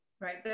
right